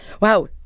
Wow